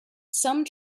some